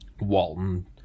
walton